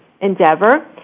endeavor